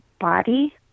body